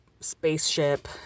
spaceship